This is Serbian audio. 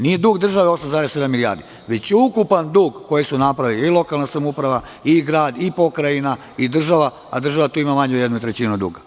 Nije dug države 8,7 milijardi, već je ukupan dug koji su napravile i lokalna samouprava i grad i pokrajina i država, a država tu ima manje od jedne trećine duga.